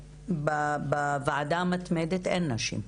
בוועדה המתמדת אין נשים.